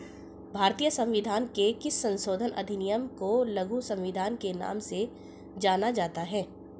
भारतीय संविधान के किस संशोधन अधिनियम को लघु संविधान के नाम से जाना जाता है?